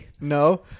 No